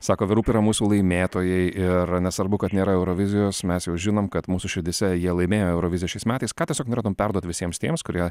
sako the roop yra mūsų laimėtojai ir nesvarbu kad nėra eurovizijos mes jau žinom kad mūsų širdyse jie laimėjo euroviziją šiais metais ką tiesiog norėtum perduot visiems tiems kurie